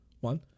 one